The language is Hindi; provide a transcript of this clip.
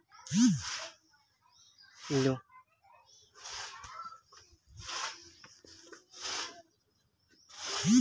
फ़िएट पैसे का आंतरिक मूल्य न के बराबर होता है